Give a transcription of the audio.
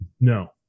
No